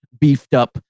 beefed-up